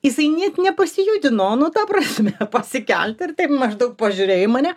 jisai net nepasijudino nu ta prasme pasikelt ir taip maždaug pažiūrėjo į mane